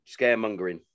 scaremongering